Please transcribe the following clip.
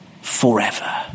forever